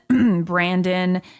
Brandon